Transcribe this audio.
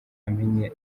amenya